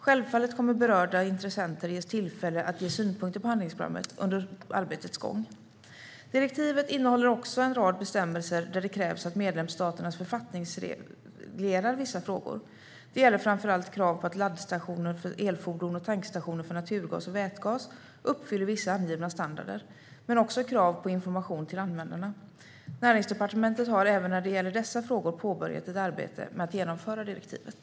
Självfallet kommer berörda intressenter att ges tillfälle att ge synpunkter på handlingsprogrammet under arbetets gång. Direktivet innehåller också en rad bestämmelser där det krävs att medlemsstaterna författningsreglerar vissa frågor. Det gäller framför allt krav på att laddningsstationer för elfordon och tankstationer för naturgas och vätgas uppfyller vissa angivna standarder men också krav på information till användarna. Näringsdepartementet har även när det gäller dessa frågor påbörjat ett arbete med att genomföra direktivet.